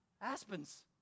Aspens